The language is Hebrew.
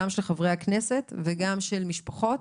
גם של חברי הכנסת וגם של משפחות